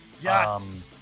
Yes